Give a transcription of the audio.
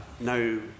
no